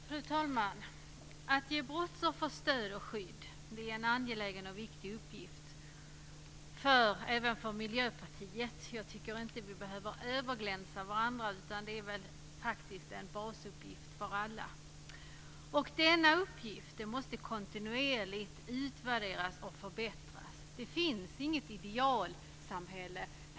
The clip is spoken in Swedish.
Fru talman! Att ge brottsoffer stöd och skydd är en angelägen och viktig uppgift även för Miljöpartiet. Jag tycker inte att vi behöver överglänsa varandra här, utan det är faktiskt en basuppgift för alla. Denna uppgift måste kontinuerligt utvärderas och förbättras. Det finns inget idealsamhälle.